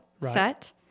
set